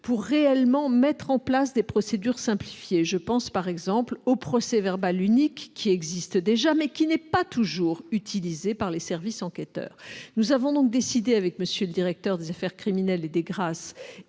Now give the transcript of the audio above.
pour réellement mettre en place des procédures simplifiées. Je pense, par exemple, au procès-verbal unique, qui existe déjà, mais qui n'est pas toujours utilisé par les services enquêteurs. Nous avons donc décidé, avec le directeur des affaires criminelles et des grâces